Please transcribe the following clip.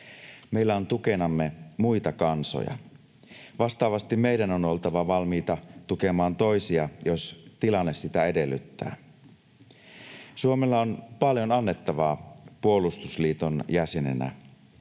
meillä on tukenamme muita kansoja. Vastaavasti meidän on oltava valmiita tukemaan toisia, jos tilanne sitä edellyttää. Suomella on paljon annettavaa puolustusliiton jäsenenä.